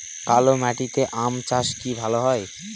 কালো মাটিতে আম চাষ কি ভালো হয়?